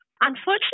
Unfortunately